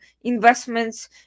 investments